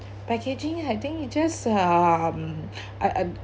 packaging I think you just um uh uh